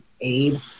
aid